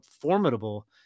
formidable